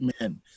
men